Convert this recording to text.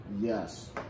Yes